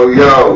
yo